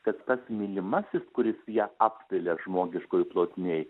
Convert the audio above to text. kad tas mylimasis kuris ją apvilia žmogiškoj plotmėj